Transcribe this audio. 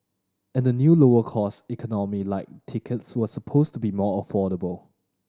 and the new lower cost Economy Lite tickets were supposed to be more affordable